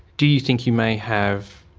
do you think you may have